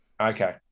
Okay